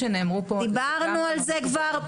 דיברנו על זה כבר,